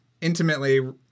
intimately